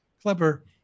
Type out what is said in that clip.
clever